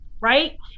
right